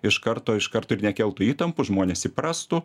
iš karto iš kart taip nekeltų įtampų žmonės įprastų